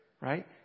Right